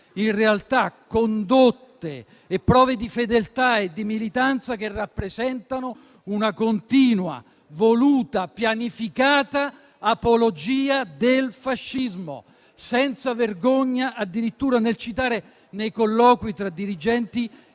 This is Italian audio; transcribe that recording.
in realtà condotte e prove di fedeltà e di militanza che rappresentano una continua, voluta, pianificata apologia del fascismo. Tutto ciò senza vergogna addirittura nel citare, nei colloqui tra dirigenti,